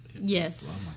Yes